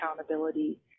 accountability